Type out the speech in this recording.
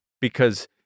Because-